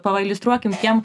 pailiustruokim tiem